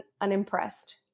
unimpressed